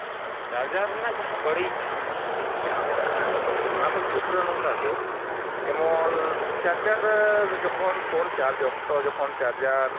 ᱦᱮᱸ ᱪᱟᱨᱡᱟᱨ ᱨᱮᱱᱟᱜ ᱡᱟᱦᱟᱸ ᱵᱟᱹᱲᱤᱡ ᱫᱤᱠ ᱡᱟᱦᱟᱸ ᱢᱮᱱᱟᱜᱼᱟ ᱚᱱᱟ ᱠᱚᱫᱚ ᱦᱩᱭᱩᱜ ᱠᱟᱱᱟ ᱱᱚᱝᱠᱟᱜᱮ ᱡᱮᱢᱚᱱ ᱪᱟᱨᱡᱟᱨ ᱨᱮ ᱡᱚᱠᱷᱚᱱ ᱯᱷᱳᱱ ᱪᱟᱨᱡᱽ ᱚᱠᱛᱚ ᱡᱚᱠᱷᱚᱱ ᱪᱟᱨᱡᱟᱨ